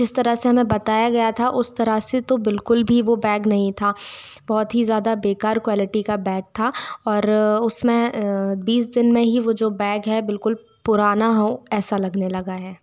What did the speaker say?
जिस तरह से हमें बताया गया था उस तरह से तो बिल्कुल भी वह बैग नहीं था बहुत ही ज़्यादा बेकार क्वालिटी का बैग था और उसमें बीस दिन में ही वह जो बैग है बिल्कुल पुराना हो ऐसा लगने लगा है